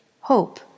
hope